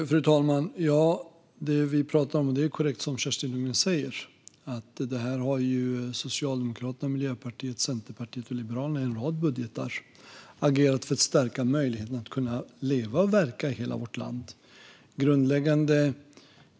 Fru talman! Det är korrekt som Kerstin Lundgren säger, att Socialdemokraterna, Miljöpartiet, Centerpartiet och Liberalerna i en rad budgetar har agerat för att stärka möjligheterna att leva och verka i hela vårt land.